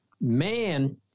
man